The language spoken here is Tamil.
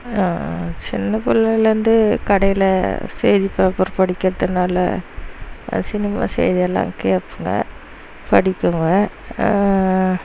சின்ன பிள்ளையிலேந்தே கடையில் செய்தி பேப்பர் படிக்கிறதுனால சினிமா செய்தி எல்லாம் கேட்பேங்க படிப்பேங்க